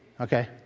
Okay